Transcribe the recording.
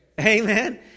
Amen